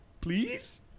Please